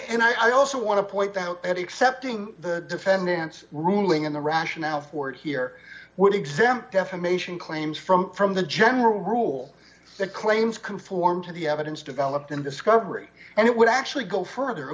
and i also want to point out excepting the defendant's ruling in the rationale for it here would exempt defamation claims from from the general rule that claims conform to the evidence developed in discovery and it would actually go further